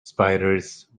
spiders